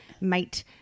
mate